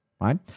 right